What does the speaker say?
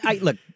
look